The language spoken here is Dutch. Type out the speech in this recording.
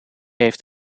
heeft